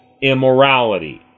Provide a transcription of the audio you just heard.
immorality